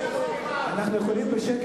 אנחנו יכולים לחכות בשקט